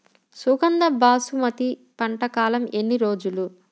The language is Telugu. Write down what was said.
సుగంధ బాసుమతి పంట కాలం ఎన్ని రోజులు?